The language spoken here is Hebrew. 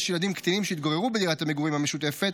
ילדים קטינים שהתגוררו בדירת המגורים המשותפת,